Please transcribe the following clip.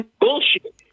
Bullshit